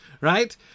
Right